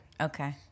okay